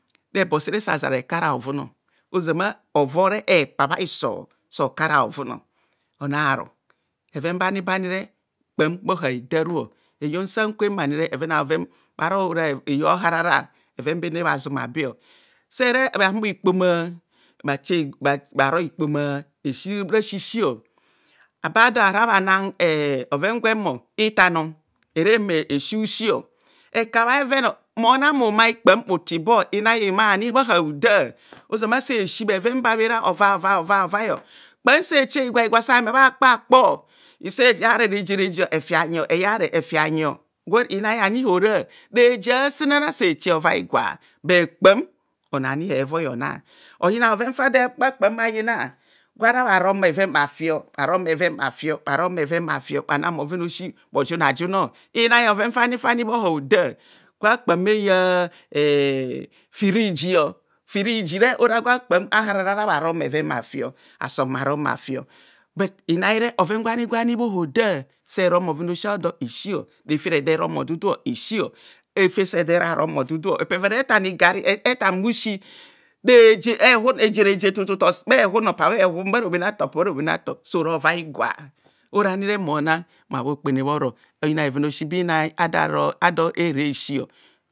Rebor seve saja re kara hovun ozama hovob hepa bha hiso sore kara hovun onaru bheven bani banire kpam bho ha bhe daru heyon sa kwem anire bhoven a'bhoven bharo ora heyo oharara bhe ven bene bha zuma be saha rabhahumo ikpoma bha che bha ro ikpoma esi rasi si aba do aka bhana emm bhoven gwem itano eve humor esi bhusi ekabha bhe ven mone bhumai ani kpam bhuta ibor inai bhumai ani bho ha bhu da, ozamo, se si bhe ven babhera ova va va va vai, kpam se che higwa, higwa sa hime hime bha kpa, sa yare reje horeje evi bhanyio eyare efibhanyi, inai ani hora, reje asenana na se che ova higwa, bur kpam onor ani hevoi onav, oyina bhoven fa kpam eyina gwa hara bha ro bheven bhavio, bharo bheven bhavio bhenan bheven a'osi bhe juna junor, inai bhoven fani fani bho habhoda gwa kpam bhe ya firiji firijire ora gwa kpam bhaharara aharabharon bheven bha fi bhasom bha- obhafi bui inarre bhoven gwani gwani bho hooda sara bhoeven a'osi a'odo esi refe ede ro bhodudu esi, refe sede rere bhndu, epeveve tan igari epeve retan bhusi, reje ehuhhu hun tu tu tu tu bho e huhwe mme pa bha ehuhuu, ma bharobhen a'eco opa bharobhena'e to so ra ova higwa oranire mona mma bho kpene bhoro oyina bheven a'osi ba inai a dor eheresi.